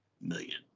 million